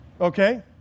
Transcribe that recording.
Okay